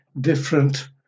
different